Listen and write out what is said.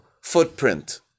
footprint